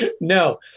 No